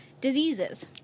Diseases